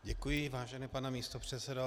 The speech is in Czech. Děkuji, vážený pane místopředsedo.